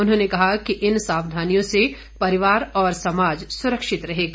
उन्होंने कहा कि इन सावधानियों से परिवार और समाज सुरक्षित रहेगा